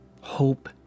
hope